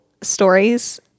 stories